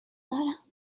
دارم